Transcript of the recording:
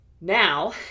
Now